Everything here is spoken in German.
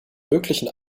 möglichen